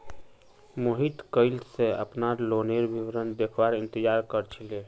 मोहित कइल स अपनार लोनेर विवरण देखवार इंतजार कर छिले